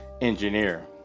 engineer